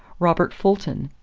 robert fulton,